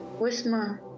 Wisma